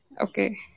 Okay